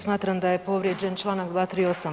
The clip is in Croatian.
Smatram da je povrijeđen članak 238.